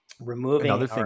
removing